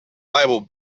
bible